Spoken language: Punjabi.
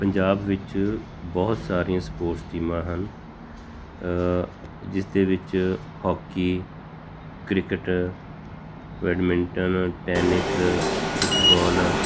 ਪੰਜਾਬ ਵਿੱਚ ਬਹੁਤ ਸਾਰੀਆਂ ਸਪੋਰਟਸ ਟੀਮਾਂ ਹਨ ਜਿਸ ਦੇ ਵਿੱਚ hockey cricket badminton tennis football